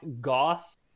Goss